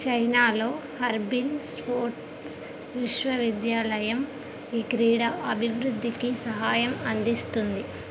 చైనాలో Harbin sport విశ్వవిద్యాలయం ఈ క్రీడ అభివృద్ధికి సహాయం అందిస్తుంది